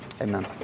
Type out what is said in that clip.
Amen